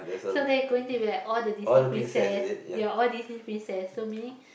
so there is going to be like all the Disney princess ya all Disney princess so meaning